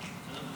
--- המסדרונות,